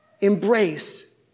Embrace